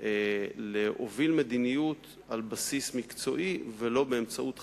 להוביל מדיניות על בסיס מקצועי ולא באמצעות חקיקה,